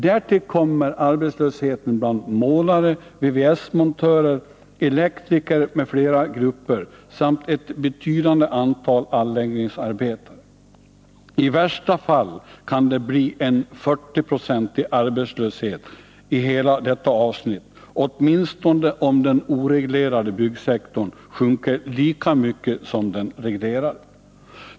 Därtill kommer artbetslöshet bland målare, VVS-montörer, elektriker m.fl. grupper samt ett betydande antal anläggningsarbetare. I värsta fall kan det bli en 40-procentig arbetslöshet i hela detta avsnitt, åtminstone om den oreglerade byggsektorn sjunker lika mycket som den reglerade.